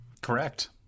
Correct